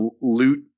loot